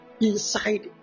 inside